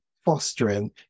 fostering